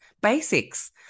Basics